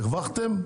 הרווחתם?